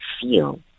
feel